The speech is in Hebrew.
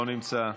לא נמצא,